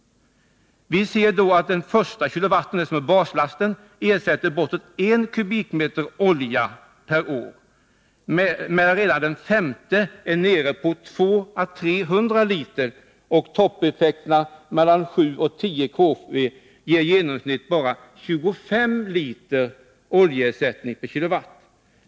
Vi ser då att den första kilowatten, dvs. baslasten, ersätter bortåt en kubikmeter olja per år, medan redan den femte kilowatten motsvarar endast 200 till 300 liter olja. Toppeffekten 7-10 kW ger i genomsnitt bara 25 I oljeersättning per kW.